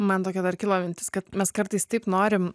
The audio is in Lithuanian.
man tokia dar kilo mintis kad mes kartais taip norim